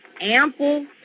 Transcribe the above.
ample